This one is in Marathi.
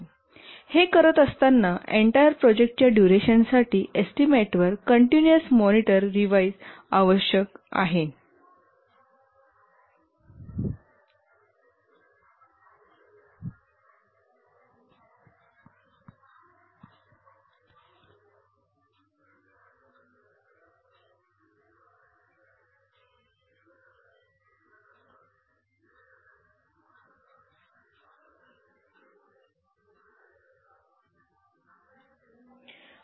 आणि आम्ही हे करत असताना एंटायर प्रोजेक्टच्या डुरेशनसाठी एस्टीमेटवर कंटीन्यूअस मॉनिटर रिव्हाईस आवश्यक आहे